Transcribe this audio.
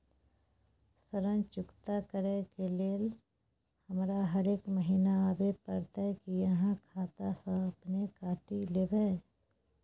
ऋण चुकता करै के लेल हमरा हरेक महीने आबै परतै कि आहाँ खाता स अपने काटि लेबै?